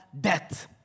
death